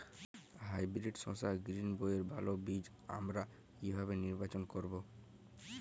Hybrid শসা গ্রীনবইয়ের ভালো বীজ আমরা কিভাবে নির্বাচন করব?